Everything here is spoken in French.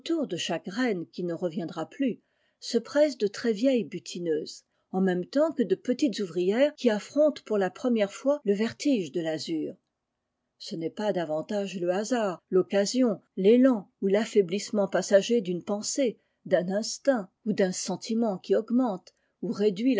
de chaque reine qui ne reviendra plus se pressent de très vieilles butineuses en même temps que de petites ouvrières qui affrontent pour la première fois le vertige de l'azui ce n'est pas davantage b hasard toccasion télan ou l'affaissement i sager d'une pensée d'un instinct ou d'un sentiment qui augmente ou réduit